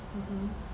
mmhmm